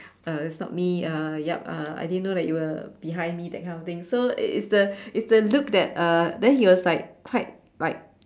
uh it's not me uh yup uh I didn't know that you were behind me that kind of thing so it's the it's the look that uh then he was like quite like